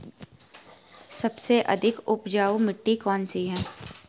सबसे अधिक उपजाऊ मिट्टी कौन सी है?